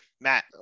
Matt